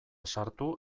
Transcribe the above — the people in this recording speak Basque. sartu